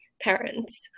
parents